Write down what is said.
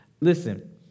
Listen